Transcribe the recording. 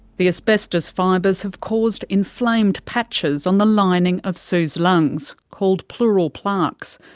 the asbestos fibres have caused inflamed patches on the lining of sue's lungs, called pleural plaques.